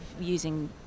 using